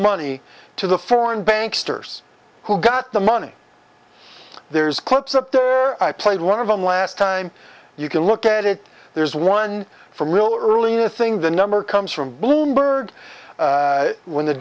money to the foreign banks who got the money there's clips i played one of them last time you can look at it there's one from real early in the thing the number comes from bloomberg when the